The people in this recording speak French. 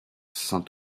saint